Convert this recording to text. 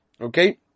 Okay